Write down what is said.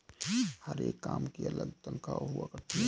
हर एक काम की अलग तन्ख्वाह हुआ करती है